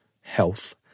health